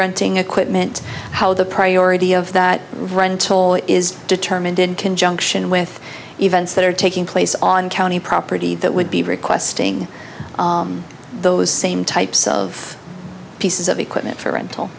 renting equipment how the priority of that rental is determined in conjunction with events that are taking place on county property that would be requesting those same types of pieces of equipment for rental